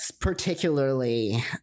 particularly